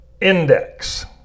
Index